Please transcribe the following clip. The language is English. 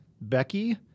Becky